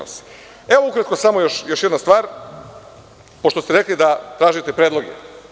Ukratko samo još jedna stvar, pošto ste rekli da tražite predloge.